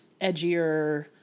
edgier